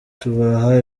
tubaha